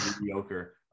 mediocre